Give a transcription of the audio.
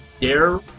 Dare